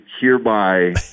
hereby